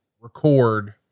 record